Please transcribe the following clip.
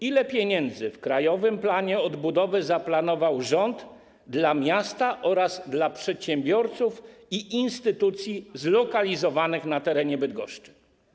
Ile pieniędzy w krajowym planie odbudowy zaplanował rząd dla miasta oraz dla przedsiębiorców i instytucji zlokalizowanych na terenie Bydgoszczy?